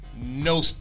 No